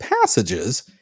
passages